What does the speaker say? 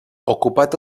ocupat